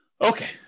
Okay